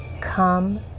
come